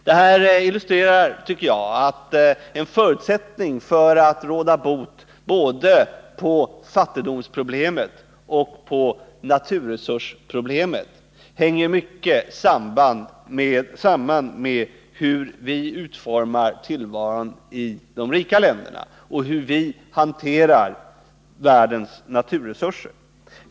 Detta illustrerar enligt min mening att frågan vilka förutsättningar vi får för att kunna råda bot på både fattigdomsproblemet och naturresursproblemet hänger mycket samman med hur vi utformar tillvaron i de rika länderna och hur vi hanterar världens naturresurser.